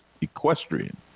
equestrian